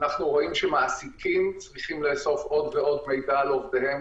אנחנו רואים שמעסיקים צריכים לאסוף עוד ועוד מידע על עובדיהם,